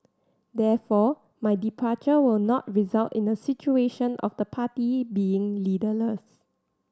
therefore my departure will not result in a situation of the party being leaderless